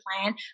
plan